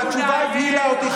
והתשובה הבהילה אותי,